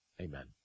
Amen